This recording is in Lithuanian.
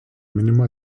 minima